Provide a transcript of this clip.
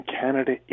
Canada